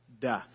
death